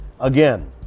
again